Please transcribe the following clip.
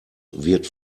wird